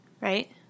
Right